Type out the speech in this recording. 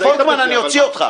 פולקמן, אני אוציא אותך.